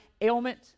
ailment